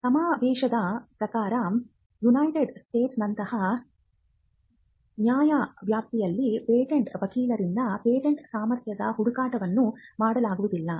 ಸಮಾವೇಶದ ಪ್ರಕಾರ ಯುನೈಟೆಡ್ ಸ್ಟೇಟ್ಸ್ನಂತಹ ನ್ಯಾಯವ್ಯಾಪ್ತಿಯಲ್ಲಿ ಪೇಟೆಂಟ್ ವಕೀಲರಿಂದ ಪೇಟೆಂಟ್ ಸಾಮರ್ಥ್ಯದ ಹುಡುಕಾಟವನ್ನು ಮಾಡಲಾಗುವುದಿಲ್ಲ